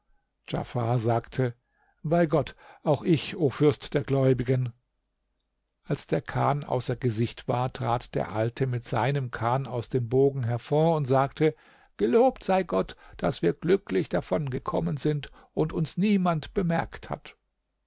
djafar sagte bei gott auch ich o fürst der gläubigen als der kahn außer gesicht war trat der alte mit seinem kahn aus dem bogen hervor und sagte gelobt sei gott daß wir glücklich davongekommen sind und uns niemand bemerkt hat